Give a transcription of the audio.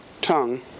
tongue